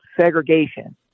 segregation